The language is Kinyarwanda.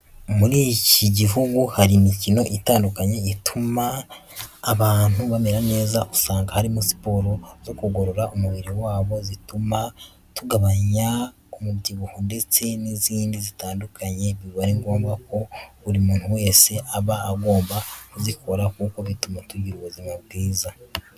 Muri iki gihugu hari imikino itandukanye ituma abantu bamera neza, usanga harimo siporo zo kugorora umubiri wacu, izituma tugabanya umubyibuho ndetse n'izindi zitandukanye, biba ari ngombwa ko buri muntu wese aba agomba kuzikora kuko bituma tugira ubuzima bwiza.